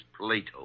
Plato